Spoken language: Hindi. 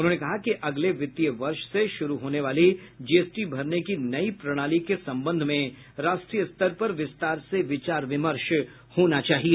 उन्होंने कहा कि अगले वित्तीय वर्ष से शुरू होने वाली जीएसटी भरने की नई प्रणाली के संबंध में राष्ट्रीय स्तर पर विस्तार से विचार विमर्श होना चाहिए